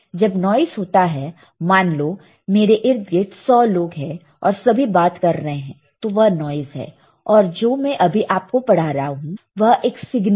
जब नॉइस होता है मान लो मेरे इर्द गिर्द 100 लोग हैं और सभी बात कर रहे हैं तो वह नॉइस है और जो मैं अभी आपको पढ़ा रहा हूं वह एक सिग्नल है